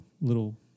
little